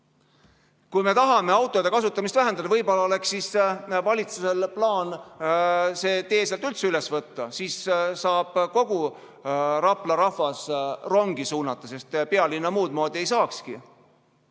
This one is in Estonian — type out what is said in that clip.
Kui me tahame seal autode kasutamist vähendada, siis võib-olla on valitsusel plaan see tee sealt üldse üles võtta, siis saaks kogu Rapla rahva rongi suunata, sest pealinna muudmoodi ei saakski.